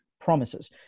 promises